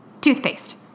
Toothpaste